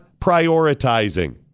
prioritizing